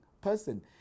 person